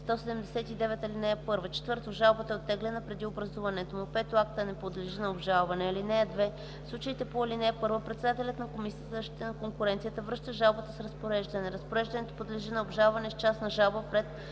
179, ал. 1; 4. жалбата е оттеглена преди образуването му; 5. актът не подлежи на обжалване. (2) В случаите по ал. 1 председателят на Комисията за защита на конкуренцията връща жалбата с разпореждане. Разпореждането подлежи на обжалване с частна жалба пред